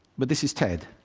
but this is ted,